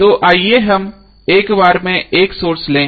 तोआइए हम एक बार में 1 सोर्स लें